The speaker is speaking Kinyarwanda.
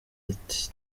iti